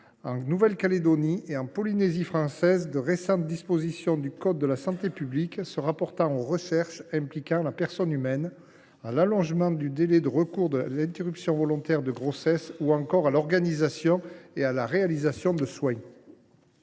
la Nouvelle Calédonie et à la Polynésie française les récentes dispositions du code de la santé publique se rapportant aux recherches impliquant la personne humaine, à l’allongement du délai de recours à l’interruption volontaire de grossesse ou encore à l’organisation et à la réalisation des soins.